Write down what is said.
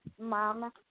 mom